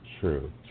True